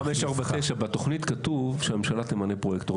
בתוכנית 549 כתוב שהממשלה תמנה פרויקטור,